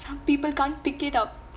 some people can't pick it up